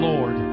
Lord